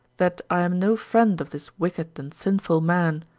that i am no friend of this wicked and sinful man.